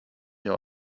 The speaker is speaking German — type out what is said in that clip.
der